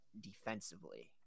defensively